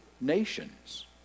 nations